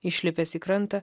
išlipęs į krantą